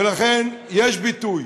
ולכן, יש ביטוי,